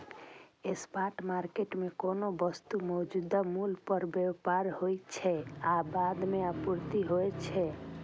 spot market मे कोनो वस्तुक मौजूदा मूल्य पर व्यापार होइ छै आ बाद मे आपूर्ति होइ छै